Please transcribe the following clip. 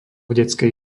detskej